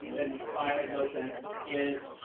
that inspired lopen is,